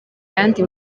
yandi